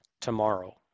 tomorrow